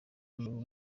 w’amaguru